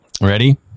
Ready